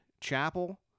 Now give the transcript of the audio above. chapel